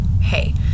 Hey